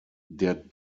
der